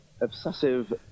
obsessive